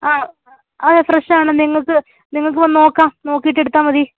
അ അതെ ഫ്രഷാണ് നിങ്ങള്ക്ക് നിങ്ങള്ക്ക് വന്ന് നോക്കാം നോക്കിയിട്ടെടുത്താല് മതി